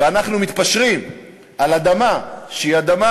ואנחנו מתפשרים על אדמה שהיא אדמה